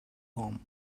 home